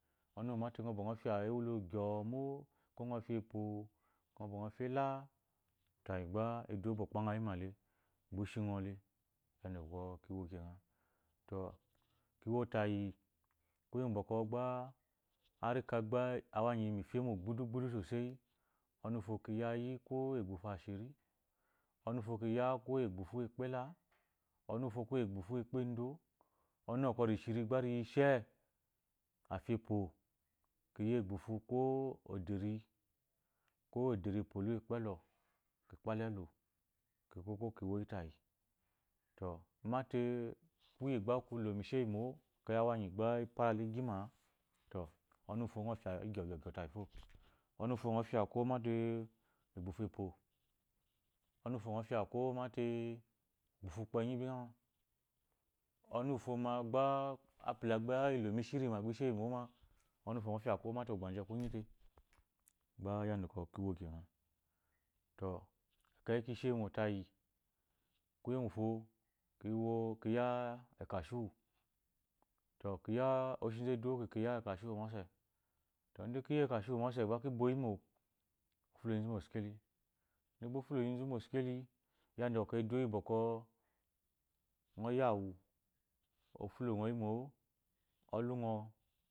ko ngo fya epyo ko ngɔ ba ngɔ fya ela tayi gba eduwo gba o kpangha yi male gh oshingo le yadda bwo kiwo kena to kiwo tayi kuye bwɔ kwɔ arika gba awanyi ba iyi mu femo budu sosai anu kiya yi ko egbuhu ashiri ɔnu wufo kiya ko egbuha xukpela ɔnu wufo ko egbufu ukpendo ɔnu irishigba riyi she afi epyo kiya egbufu ko oderi ko ederi epyo la vuwe pepple k kpalayi elu kinkwo kwo ki woyi tayi to mate kye gba kolo mu isheyimo ekeyi awanyigba lpara la igyima to ɔnu wufo ngɔ fya yi gyo gyo tayi fo ɔnu wufo ngɔ fya ko mate ku ghufu kukpenyi bingha ɔnu wufoma gba apula ilomu ishirima gba isheyi mo ɔnu wufo ngɔ fya mate kugbaji ku nyi to gba yadda kiwo kena to ekeyi ki shemo tayi kuye ugwufu kiwo ki ya ekashi u kiya oshi nzu eduwo kika kija ekashu u mose ide ki ya ekashu u mose gba ki boyi mo ofulo yinzu mu oskeli ide gbo ofulo yinzu mu oskeli yadda bwɔ kwɔ eduwo iyi bwɔkwɔ ngɔ ya awu ofulo ngɔ yi mo